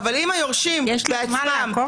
יש לי זמן לעקוב